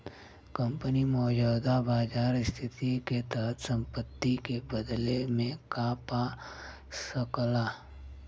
company मौजूदा बाजार स्थिति के तहत संपत्ति के बदले में का पा सकला